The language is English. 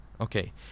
okay